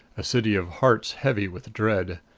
a city of hearts heavy with dread.